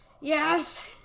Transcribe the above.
Yes